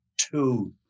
two